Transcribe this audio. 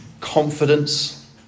confidence